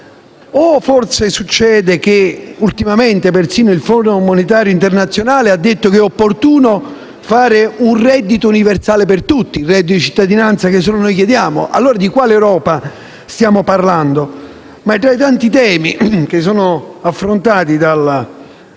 europea? Ultimamente persino il Fondo monetario internazionale ha detto che è opportuno un reddito universale per tutti, il reddito di cittadinanza che solo noi chiediamo. Ma allora di quale Europa stiamo parlando? Tra i tanti temi che si affronteranno nella